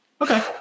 Okay